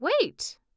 wait